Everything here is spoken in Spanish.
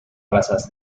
razas